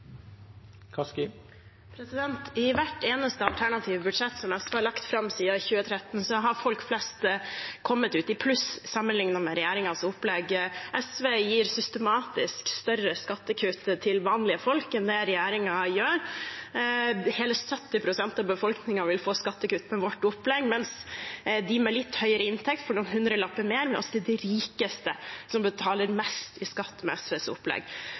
I hvert eneste alternative budsjett som SV har lagt fram siden 2013, har folk flest kommet ut i pluss sammenlignet med regjeringens opplegg. SV gir systematisk større skattekutt til vanlige folk enn det regjeringen gjør. Hele 70 pst. av befolkningen vil få skattekutt med vårt opplegg, mens de med litt høyere inntekt får noen hundrelapper mer. Og så er det de rikeste som betaler mest i skatt med SVs opplegg.